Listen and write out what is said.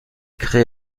crée